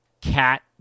Cat